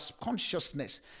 consciousness